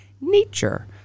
Nature